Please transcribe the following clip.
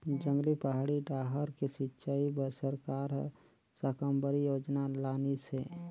जंगली, पहाड़ी डाहर के सिंचई बर सरकार हर साकम्बरी योजना लानिस हे